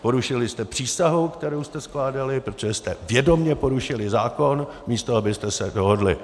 Porušili jste přísahu, kterou jste skládali, protože jste vědomě porušili zákon, místo abyste se dohodli!